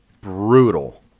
brutal